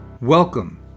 Welcome